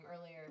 earlier